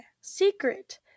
Secret